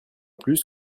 plus